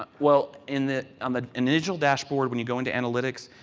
ah well, in the um the individual dashboard when you go into analytics,